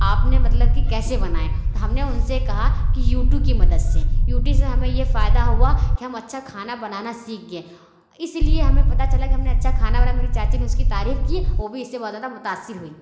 آپ نے مطلب کہ کیسے بنائے تو ہم نے اُن سے کہا کہ یوٹو کی مدد سے یو ٹی سے ہمیں یہ فائدہ ہُوا کہ ہم اچھا کھانا بنانا سیکھ گئے اِس لیے ہمیں پتا چلا کہ ہم نے اچھا کھانا بنایا میری چاچی نے اُس کی تعریف کی وہ بھی اِس سے بہت زیادہ متأثر ہوٮٔی